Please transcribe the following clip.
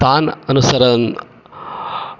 तान् अनुसरन्